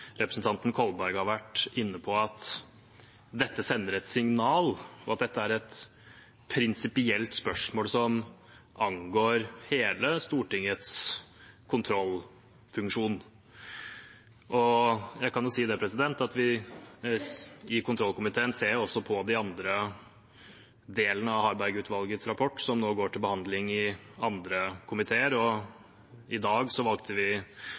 representanten Kolberg har vært inne på, at dette sender et signal, og at dette er et prinsipielt spørsmål som angår hele Stortingets kontrollfunksjon. Jeg kan jo si at vi i kontrollkomiteen også ser på de andre delene av Harberg-utvalgets rapport, som nå går til behandling i andre komiteer. I dag valgte vi